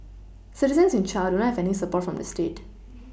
citizens in Chile do not have any support from the state